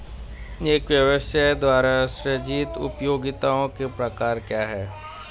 एक व्यवसाय द्वारा सृजित उपयोगिताओं के प्रकार क्या हैं?